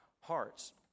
hearts